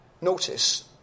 notice